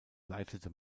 leitete